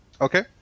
Okay